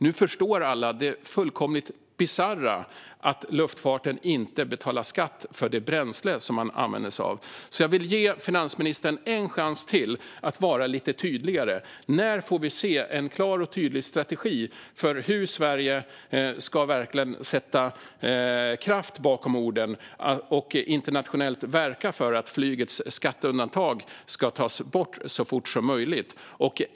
Nu förstår alla det fullkomligt bisarra i att luftfarten inte betalar skatt för det bränsle som man använder sig av. Jag vill ge finansministern en chans till att vara lite tydligare. När får vi se en klar och tydlig strategi för hur Sverige ska sätta kraft bakom orden och verka internationellt för att flygets skatteundantag ska tas bort så fort som möjligt?